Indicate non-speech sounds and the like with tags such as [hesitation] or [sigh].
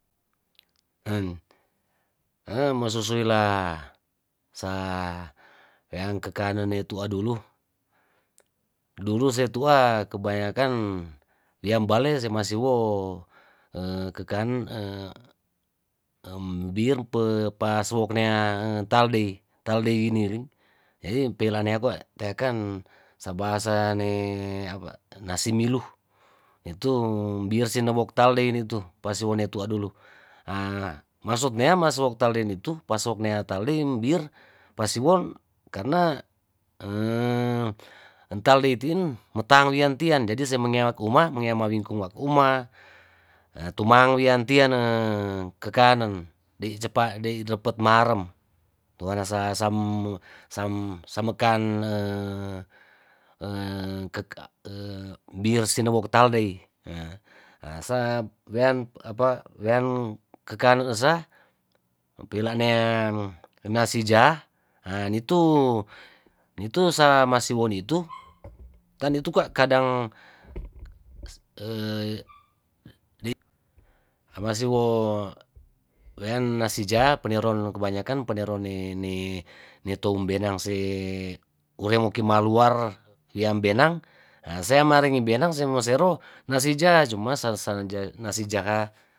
En mosusuila sa weang kekanen natua dulu dulu setua kebanyakan wiambale semasiwo [hesitation] kekanen [hesitation] biem pe pas woknea taldi taldi ini ring jadi pelanea ko teakan sabahasa ne [hesitation] apa nasi milu itu biar sinebok talde initu pas siwone tua dulu ahh maksudne masiwoklanea itu pasiwoknea talem bir pasiwon karna [hesitation] entalitin metangwian tial jadi semengewak uma mengewa wingkung wak uma tumang wian tian [hesitation] kekanen dei cepat dei repet marem toana sam sam samekan [hesitation] kekan [hesitation] biar sepenetal dei haa saa wean apa wean kekanen esa pilanean nasi jaha haa nitu nitu samasiwon itu [noise] itu kwa kadang [hesitation] hamasiwo wean nasi jaha peneron kebanyakan peneron ne netoum benang see uremokemaluar yam benang asea marengi benang sea masero nasi jaha cuma sasan nasi jaha.